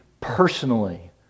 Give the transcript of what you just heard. personally